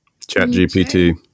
ChatGPT